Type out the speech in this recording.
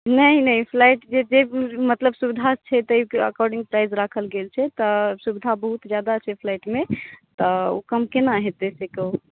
नहि नहि फ्लैट जे छै मतलब सुविधा छै ताहिके एकार्कडिंग दाम राखल गेल छै तऽ सुविधा बहुत जादा छै फ्लैट मे तऽ कम केना हेतै से कहू